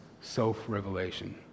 self-revelation